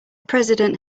president